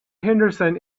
henderson